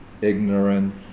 ignorance